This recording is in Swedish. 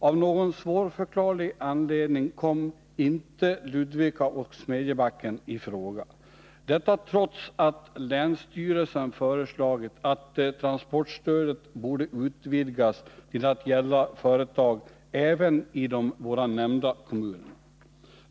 Av någon svårförklarlig anledning kom inte Ludvika och Smedjebacken i fråga — detta trots att länsstyrelsen föreslagit att transportstödet skulle utvidgas till att gälla företag även i de båda nämnda kommunerna.